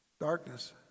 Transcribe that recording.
Darkness